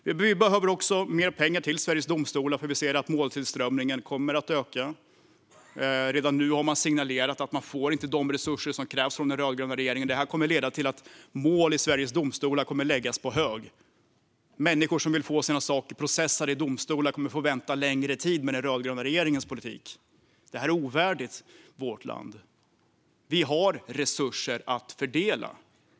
Vi behöver också mer pengar till Sveriges Domstolar, för vi ser att måltillströmningen kommer att öka. Redan nu har man signalerat att man inte får de resurser som krävs från den rödgröna regeringen. Det här kommer att leda till att mål i Sveriges Domstolar kommer att läggas på hög. Människor som vill få sina ärenden processade i domstolar kommer att få vänta längre tid med den rödgröna regeringens politik. Det här är ovärdigt vårt land. Vi har resurser att fördela.